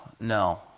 No